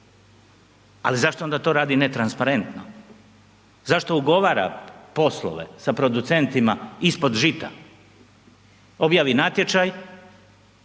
Ali zašto onda to radi netransparentno? Zašto ugovara poslove sa producentima ispod žita? Objavi natječaj,